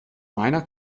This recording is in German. meiner